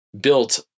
built